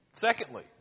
Secondly